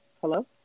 Hello